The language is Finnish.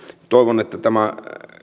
toivon että tämä